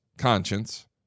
conscience